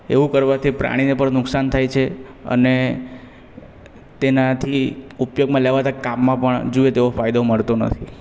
એવું કરવાથી પ્રાણીને પણ નુકસાન થાય છે અને તેનાથી ઉપયોગમાં લેવાતાં કામમાં પણ જોઈએ તેવો ફાયદો મળતો નથી